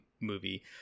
movie